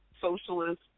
socialist